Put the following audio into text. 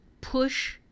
push